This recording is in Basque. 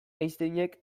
einsteinek